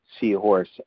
seahorse